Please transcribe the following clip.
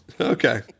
Okay